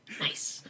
nice